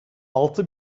altı